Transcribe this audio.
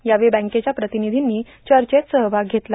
यावेळी बँकेच्या प्रार्तानधींनी चचत सहभाग घेतला